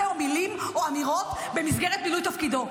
או מילים או אמירות במסגרת מילוי תפקידו.